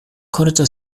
korto